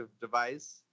device